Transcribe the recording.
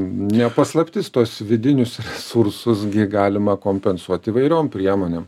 ne paslaptis tuos vidinius resursus gi galima kompensuot įvairiom priemonėm